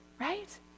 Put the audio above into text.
right